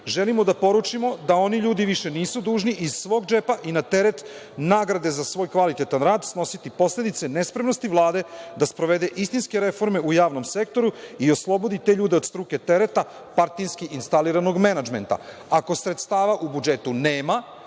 da poručimo da oni ljudi više nisu dužni iz svog džepa i na teret nagrade za svoj kvalitetan rad snositi posledice nespremnosti Vlade da sprovede istinske reforme u javnom sektoru i oslobodi te ljude od struke tereta partijski instaliranog menadžmenta. Ako sredstava u budžetu nema,